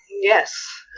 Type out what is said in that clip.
Yes